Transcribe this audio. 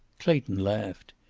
clayton laughed.